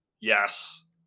yes